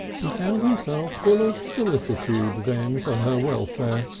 he found himself full of solicitude then for her welfare.